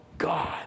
God